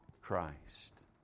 Christ